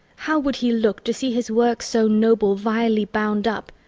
how would he look to see his work, so noble, vilely bound up?